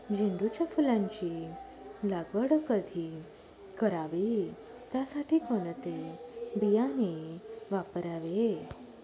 झेंडूच्या फुलांची लागवड कधी करावी? त्यासाठी कोणते बियाणे वापरावे?